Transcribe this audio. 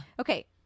Okay